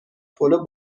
پلو